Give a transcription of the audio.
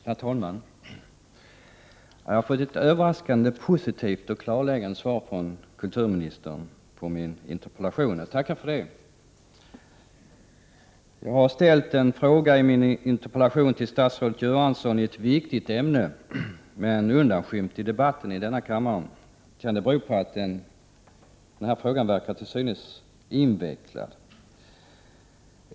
Herr talman! Jag har fått ett överraskande positivt och klarläggande svar från kulturministern på min interpellation. Det tackar jag för. I min interpellation har jag ställt en fråga till statsrådet Göransson i ett viktigt ämne. Det är dock ett ämne som är undanskymt i debatten i denna kammare. Kan det bero på att frågan till synes är invecklad?